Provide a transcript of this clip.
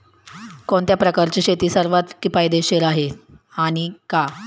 कोणत्या प्रकारची शेती सर्वात किफायतशीर आहे आणि का?